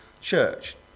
church